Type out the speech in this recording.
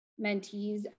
mentees